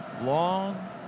long